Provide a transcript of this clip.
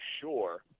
sure